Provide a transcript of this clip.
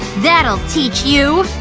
that'll teach you!